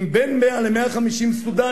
עם בין 100 ל-150 סודנים,